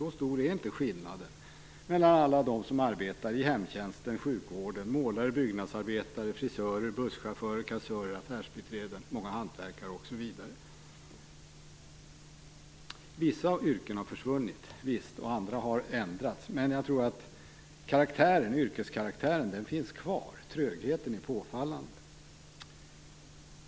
Så stor är inte skillnaden för alla dem som arbetar i hemtjänsten, sjukvården, målare, byggnadsarbetare, frisörer, busschaufförer, kassörer, affärsbiträden, många hantverkare osv. Vissa av yrkena har försvunnit och andra har ändrats, men jag tror att yrkeskaraktären finns kvar. Trögheten är påfallande.